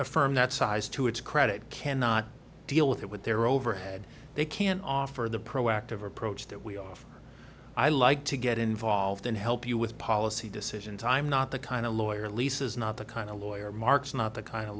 a firm that size to its credit cannot deal with it with their overhead they can offer the proactive approach that we offer i like to get involved and help you with policy decisions i'm not the kind of lawyer lisa's not the kind of lawyer marks not the kind of